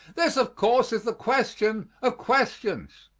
this, of course, is the question of questions,